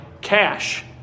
cash